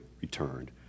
returned